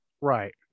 Right